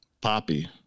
Poppy